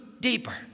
deeper